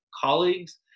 colleagues